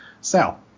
Sal